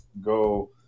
go